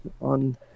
on